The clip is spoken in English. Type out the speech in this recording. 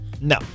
No